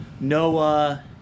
Noah